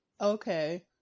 Okay